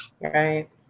Right